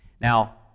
Now